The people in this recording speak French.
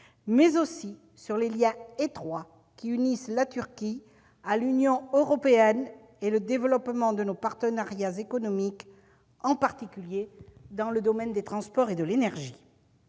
mais aussi sur les liens étroits qui unissent la Turquie à l'Union européenne et le développement de nos partenariats économiques, en particulier dans le domaine des transports et de l'énergie.